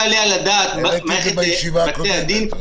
העליתי את זה בישיבה הקודמת,